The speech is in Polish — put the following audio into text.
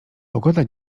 pogoda